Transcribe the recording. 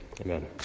amen